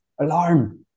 alarm